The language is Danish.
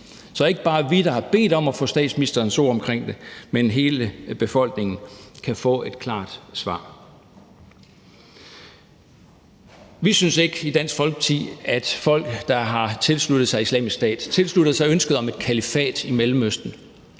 så ikke bare os, der har bedt om at få statsministerens ord om det, men hele befolkningen kan få et klart svar. Vi synes ikke i Dansk Folkeparti, at folk, der har tilsluttet sig Islamisk Stat og tilsluttet sig ønsket om et kalifat i Mellemøsten,